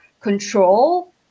control